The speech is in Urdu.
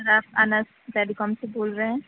سر آپ انس ٹیلیکام سے بول رہے ہیں